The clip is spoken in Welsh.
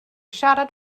siarad